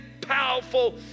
powerful